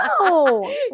No